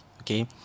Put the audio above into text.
okay